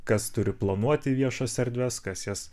kas turi planuoti viešas erdves kas jas